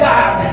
God